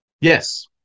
Yes